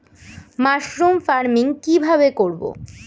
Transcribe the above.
Mushroom farming কি ভাবে করব?